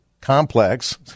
complex